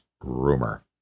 rumor